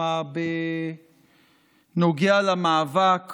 בנוגע למאבק